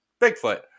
Bigfoot